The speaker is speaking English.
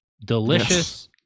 Delicious